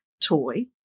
Toy